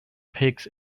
pigs